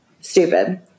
stupid